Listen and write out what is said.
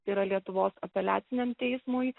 tai yra lietuvos apeliaciniam teismui